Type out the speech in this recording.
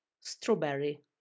Strawberry